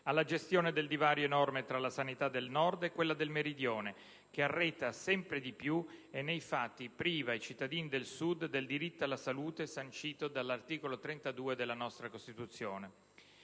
alla gestione del divario enorme tra la sanità del Nord e quella del Meridione, che arretra sempre di più e nei fatti priva i cittadini del Sud del diritto alla salute sancito dall'articolo 32 della nostra Costituzione.